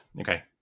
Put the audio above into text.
Okay